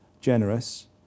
generous